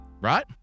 right